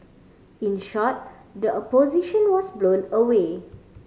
in short the Opposition was blown away